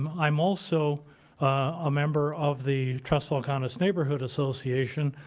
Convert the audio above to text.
um i'm also a member of the trustwell commons neighborhood association,